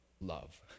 love